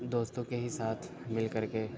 دوستوں کے ہی ساتھ مل کر کے